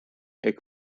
ehk